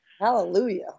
Hallelujah